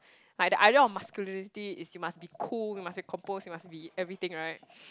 like the idea of masculinity is you must be cool you must be composed you must be everything right